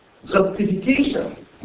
Justification